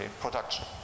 production